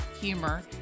humor